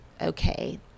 okay